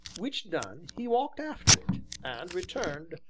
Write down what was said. which done, he walked after it, and returned,